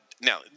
Now